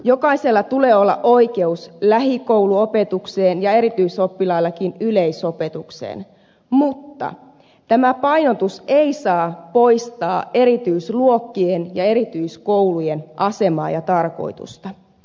jokaisella tulee olla oikeus lähikouluopetukseen ja erityisoppilaallakin yleisopetukseen mutta tämä painotus ei saa poistaa erityisluokkien ja erityiskoulujen asemaa ja tarkoitusta